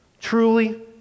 Truly